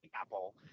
Apple